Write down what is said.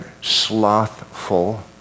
slothful